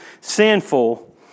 sinful